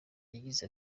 yagize